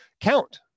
count